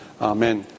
Amen